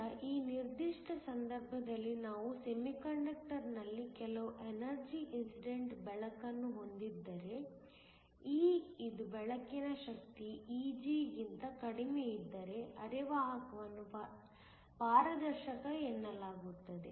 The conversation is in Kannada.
ಆದ್ದರಿಂದ ಈ ನಿರ್ದಿಷ್ಟ ಸಂದರ್ಭದಲ್ಲಿ ನೀವು ಸೆಮಿಕಂಡಕ್ಟರ್ನಲ್ಲಿ ಕೆಲವು ಎನರ್ಜಿ ಇನ್ಸಿಡೆಂಟ್ ಬೆಳಕನ್ನು ಹೊಂದಿದ್ದರೆ E ಇದು ಬೆಳಕಿನ ಶಕ್ತಿ Eg ಗಿಂತ ಕಡಿಮೆಯಿದ್ದರೆ ಅರೆವಾಹಕವನ್ನು ಪಾರದರ್ಶಕ ಎನ್ನಲಾಗುತ್ತದೆ